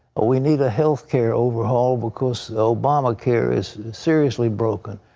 ah we need a health care overhaul because obamacare is seriously broken.